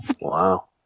Wow